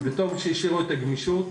וטוב שהשאירו את הגמישות.